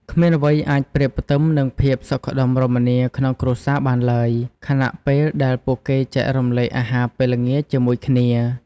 គ្មានអ្វីអាចប្រៀបផ្ទឹមនឹងភាពសុខដុមរមនាក្នុងគ្រួសារបានឡើយ ខណៈពេលដែលពួកគេចែករំលែកអាហារពេលល្ងាចជាមួយគ្នា។